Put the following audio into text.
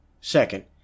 Second